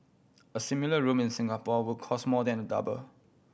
a similar room in Singapore would cost more than double